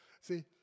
See